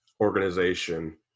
organization